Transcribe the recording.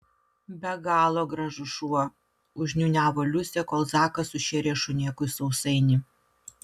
be galo gražus šuo užniūniavo liusė kol zakas sušėrė šunėkui sausainį